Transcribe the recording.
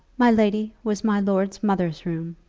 my lady, was my lord's mother's room,